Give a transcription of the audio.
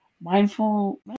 mindful